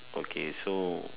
okay so